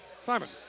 Simon